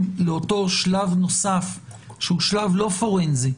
לאותו שלב נוסף שהוא שלב לא פורנזי.